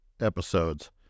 episodes